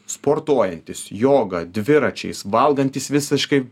sportuojantys joga dviračiais valgantys visiškai